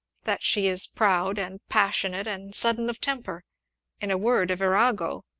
that she is proud, and passionate, and sudden of temper in a word, a virago!